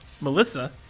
Melissa